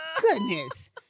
Goodness